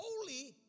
holy